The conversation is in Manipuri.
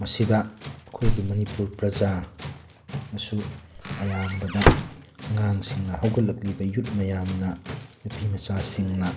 ꯃꯁꯤꯗ ꯑꯩꯈꯣꯏꯒꯤ ꯃꯅꯤꯄꯨꯔ ꯄ꯭ꯔꯖꯥꯅꯁꯨ ꯑꯌꯥꯝꯕꯗ ꯑꯉꯥꯡꯁꯤꯡꯅ ꯍꯧꯒꯠꯂꯛꯂꯤꯕ ꯌꯨꯠ ꯃꯌꯥꯝꯅ ꯅꯨꯄꯤ ꯃꯆꯥꯁꯤꯡꯅ